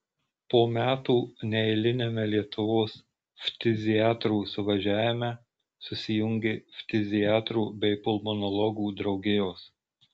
po metų neeiliniame lietuvos ftiziatrų suvažiavime susijungė ftiziatrų bei pulmonologų draugijos